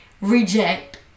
Reject